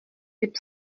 typ